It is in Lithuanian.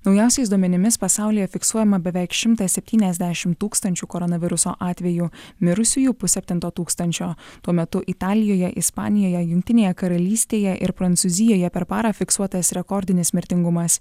naujausiais duomenimis pasaulyje fiksuojama beveik šimtas septyniasdešimt tūkstančių koronaviruso atvejų mirusiųjų pusseptinto tūkstančio tuo metu italijoje ispanijoje jungtinėje karalystėje ir prancūzijoje per parą fiksuotas rekordinis mirtingumas